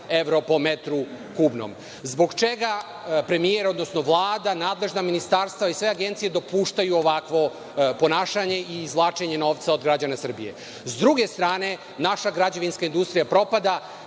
evro po metru kubnom? Zbog čega premijer, odnosno Vlada, nadležna ministarstva i sve agencije dopuštaju ovakvo ponašanje i izvlačenje novca građana Srbije?S druge strane, naša građevinska industrija propada.